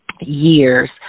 years